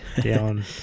down